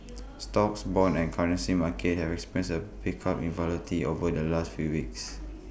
stocks bonds and currency markets have experienced A pickup in volatility over the last few weeks